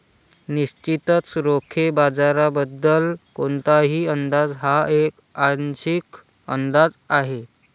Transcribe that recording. निश्चितच रोखे बाजाराबद्दल कोणताही अंदाज हा एक आंशिक अंदाज आहे